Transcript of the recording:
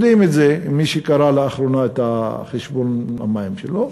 יודעים את זה, מי שקרא לאחרונה את חשבון המים שלו.